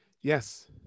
Yes